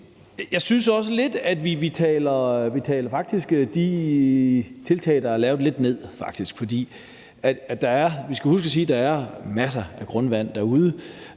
Jeg synes også, at vi faktisk taler de tiltag, der er lavet, lidt ned. Vi skal huske at sige, at der er masser af grundvand derude.